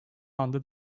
anda